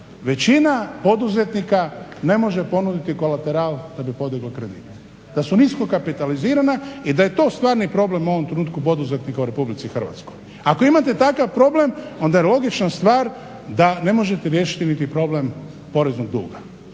većina poduzetnika ne može ponuditi kolateral da bi podigla kredit, da su nisko kapitalizirana i da je to stvarni problem u ovom trenutku poduzetnika u Republici Hrvatskoj. Ako imate takav problem onda logična stvar da ne možete riješiti niti problem poreznog duga.